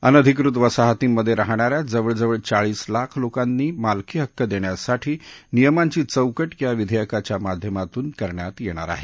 अनधिकृत वसाहतींमध्ये राहणाऱ्या जवळ जवळ चाळीस लाख लोकांनी मालकीहक्क देण्यासाठी नियमांची चौकट या विधेयकाच्या माध्यमातून करण्यात येणार आहे